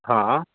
हा